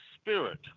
spirit